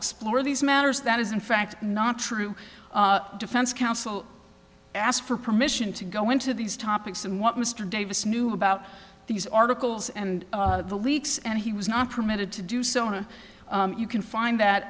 explore these matters that is in fact not true defense counsel asked for permission to go into these topics and what mr davis knew about these articles and the leaks and he was not permitted to do so you can find that